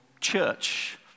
church